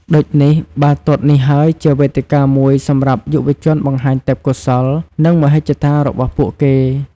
ដូចនេះ បាល់ទាត់នេះហើយជាវេទិកាមួយសម្រាប់យុវជនបង្ហាញទេពកោសល្យ និងមហិច្ឆតារបស់ពួកគេ។